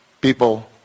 people